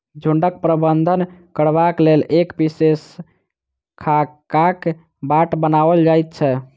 झुंडक प्रबंधन करबाक लेल एक विशेष खाकाक बाट बनाओल जाइत छै